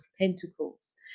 pentacles